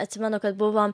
atsimenu kad buvom